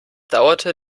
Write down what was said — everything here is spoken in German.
dauerte